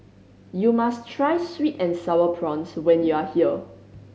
you must try sweet and Sour Prawns when you are here